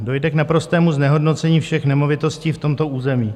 Dojde k naprostému znehodnocení všech nemovitostí v tomto území.